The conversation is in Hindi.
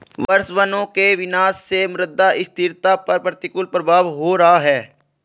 वर्षावनों के विनाश से मृदा स्थिरता पर प्रतिकूल प्रभाव हो रहा है